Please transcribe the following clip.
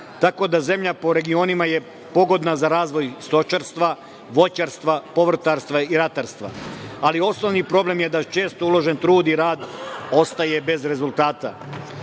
tako da zemlja po regionima je pogodna za razvoj stočarstva, voćarstva, povrtarstva i ratarstva, ali osnovni problem je da često uložen trud i rad ostaje bez rezultata.